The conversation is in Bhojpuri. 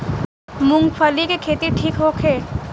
मूँगफली के खेती ठीक होखे?